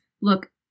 look